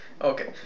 Okay